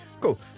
Cool